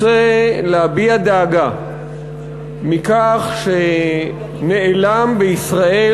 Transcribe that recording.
רוצה להביע דאגה מכך שנעלם בישראל,